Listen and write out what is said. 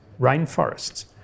rainforests